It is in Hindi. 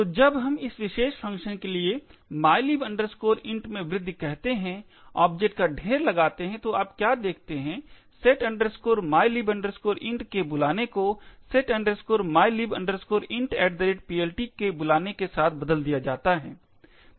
तो जब हम इस विशेष फ़ंक्शन के लिए mylib int में वृद्धि कहते हैं ऑब्जेक्ट का ढेर लगाते हैं तो आप क्या देखते है set mylib int के बुलाने को call mylib int PLT के बुलाने के साथ बदल दिया जाता है